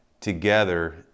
together